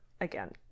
again